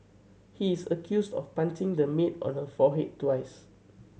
he is accused of punching the maid on her forehead twice